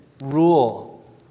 rule